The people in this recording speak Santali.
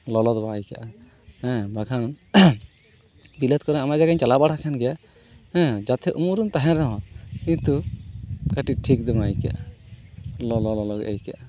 ᱞᱚᱞᱚ ᱫᱚ ᱵᱟᱝ ᱤᱠᱟᱹᱜᱼᱟ ᱦᱮᱸ ᱵᱟᱠᱷᱟᱱ ᱵᱤᱞᱟᱹᱛ ᱠᱚᱨᱮ ᱟᱭᱢᱟ ᱡᱟᱭᱜᱟᱧ ᱪᱟᱞᱟᱣ ᱵᱟᱲᱟᱣ ᱠᱟᱱ ᱜᱮᱭᱟ ᱦᱮᱸ ᱡᱟᱛᱮ ᱩᱢᱩᱞ ᱨᱮᱢ ᱛᱟᱦᱮᱱ ᱨᱮᱦᱚᱸ ᱠᱤᱱᱛᱩ ᱠᱟᱹᱴᱤᱡ ᱴᱷᱤᱠ ᱫᱚ ᱵᱟᱝ ᱤᱠᱟᱹᱜᱼᱟ ᱞᱚᱞᱚᱜᱮ ᱟᱹᱭᱠᱟᱹᱜᱼᱟ